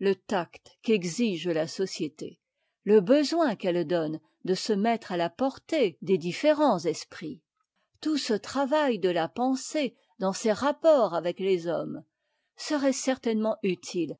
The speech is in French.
le tact qu'exige la société le besoin qu'eiïe donne de se mettre à la portée des différents esprits tout ce travail de la pensée dans ses rapports avec les hommes serait certainement utile